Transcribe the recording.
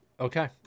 Okay